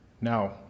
now